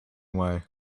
way